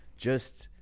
just.